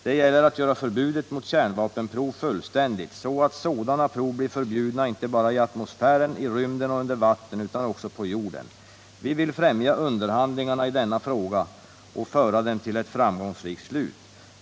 Det gäller att göra förbudet mot kärnvapenprov fullständigt, så att sådana prov blir förbjudna inte bara i atmosfären, i rymden och under vatten utan också på jorden. Vi vill främja underhandlingarna i denna fråga och föra dem till ett framgångsrikt slut.